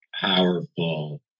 powerful